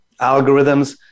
algorithms